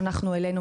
שהעלינו,